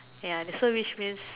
ya so which means